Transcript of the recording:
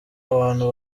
abantu